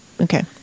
okay